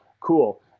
Cool